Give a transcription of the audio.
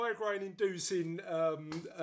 migraine-inducing